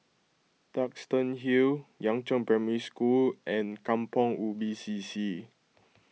Duxton Hill Yangzheng Primary School and Kampong Ubi C C